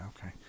okay